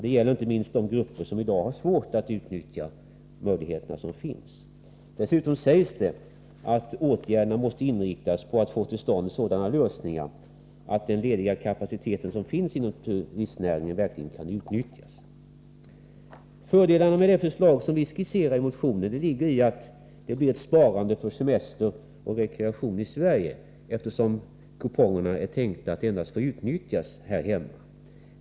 Det gäller inte minst de grupper som i dag har svårt att utnyttja de möjligheter som finns. Dessutom sägs det att åtgärderna måste inriktas på sådana lösningar som innebär att den lediga kapaciteten inom turistnäringen verkligen kan utnyttjas. Fördelarna med det förslag som vi skisserar i motionen ligger i att det blir ett sparande för semester och rekreation i Sverige, eftersom kupongerna är avsedda att endast utnyttjas här hemma.